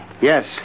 Yes